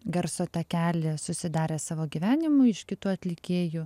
garso takelį susidarę savo gyvenimui iš kitų atlikėjų